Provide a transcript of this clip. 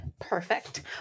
Perfect